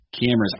cameras